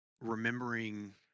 remembering